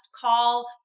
call